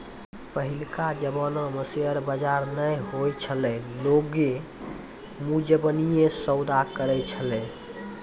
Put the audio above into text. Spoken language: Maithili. पहिलका जमाना मे शेयर बजार नै होय छलै लोगें मुजबानीये सौदा करै छलै